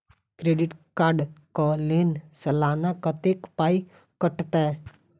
Credit card कऽ लेल सलाना कत्तेक पाई कटतै?